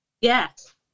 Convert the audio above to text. Yes